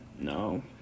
No